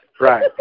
Right